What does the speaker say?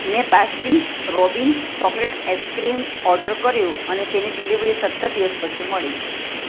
મેં Baskin Robbins chocolate ice cream order કર્યું અને તેની ડિલેવરી સત્તર દિવસ પછી મળી